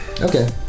Okay